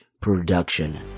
production